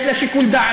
יש לה שיקול דעת.